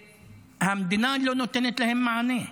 והמדינה לא נותנת להם מענה.